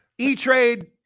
E-Trade